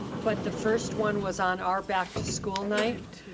but the first one was on our back to school night.